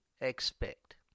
expect